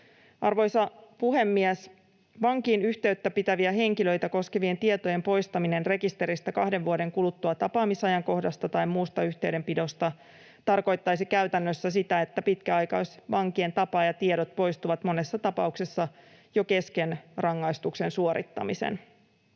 Arvoisa puhemies! Vankiin yhteyttä pitäviä henkilöitä koskevien tietojen poistaminen rekisteristä kahden vuoden kuluttua tapaamisajankohdasta tai muusta yhteydenpidosta tarkoittaisi käytännössä sitä, että pitkäaikaisvankien tapaajatiedot poistuisivat monessa tapauksessa jo kesken rangaistuksen suorittamisen.